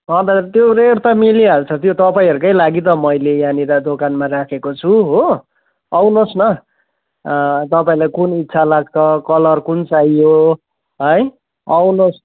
हजुर त्यो रेट त मिलिहाल्छ त्यो तपाईँहरूकै लागि त मैले यहाँनेर दोकानमा राखेको छु हो आउनु होस् न तपाईँलाई कुन इच्छा लाग्छ कलर कुन चाहियो है आउनु होस्